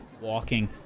walking